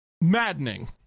maddening